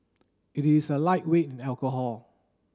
it is a lightweight in alcohol